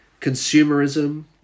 Consumerism